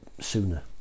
sooner